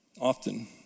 Often